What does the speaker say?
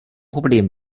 problem